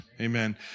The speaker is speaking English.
Amen